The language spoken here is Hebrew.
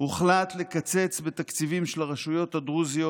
הוחלט לקצץ בתקציבים של הרשויות הדרוזיות,